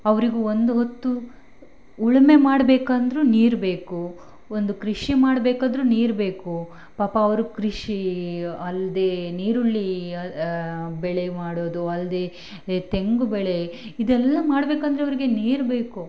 ಅವ್ರಿಗೂ ಒಂದು ಹೊತ್ತು ಉಳುಮೆ ಮಾಡಬೇಕಂದ್ರೂ ನೀರು ಬೇಕು ಒಂದು ಕೃಷಿ ಮಾಡ್ಬೇಕಾದ್ರು ನೀರು ಬೇಕು ಪಾಪ ಅವರು ಕೃಷಿ ಅಲ್ಲದೆ ಈರುಳ್ಳಿ ಬೆಳೆ ಮಾಡೋದು ಅಲ್ಲದೆ ತೆಂಗು ಬೆಳೆ ಇದೆಲ್ಲ ಮಾಡಬೇಕಂದ್ರೆ ಅವ್ರಿಗೆ ನೀರು ಬೇಕು